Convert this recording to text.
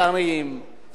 סגן שר האוצר,